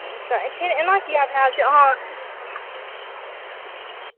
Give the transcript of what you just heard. से एना किआ भए गेल छै अहाँ